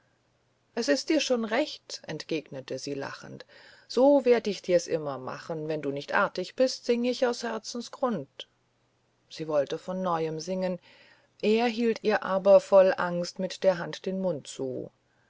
es ist dir schon recht entgegnete sie lachend so werd ich dir's immer machen wenn du nicht artig bist sing ich aus herzensgrund sie wollte von neuem singen er hielt ihr aber voll angst mit der hand den mund zu